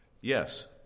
yes